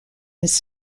his